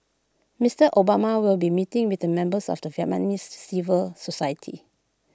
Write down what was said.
Mister Obama will be meeting with the members of the Vietnamese civil society